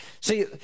see